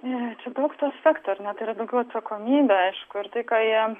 čia daug tų aspektų ar ne tai yra daugiau atsakomybė aišku ir tai ką jie